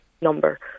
number